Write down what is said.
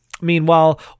Meanwhile